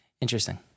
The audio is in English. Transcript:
Interesting